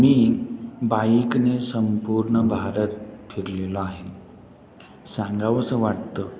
मी बाईकने संपूर्ण भारत फिरलेलो आहे सांगावं असं वाटतं